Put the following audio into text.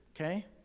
okay